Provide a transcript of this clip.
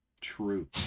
True